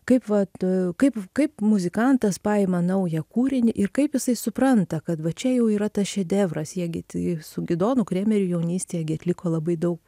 kaip vat kaip kaip muzikantas paima naują kūrinį ir kaip jisai supranta kad va čia jau yra tas šedevras jie gi ti su gidonu kremeriu jaunystėj gi atliko labai daug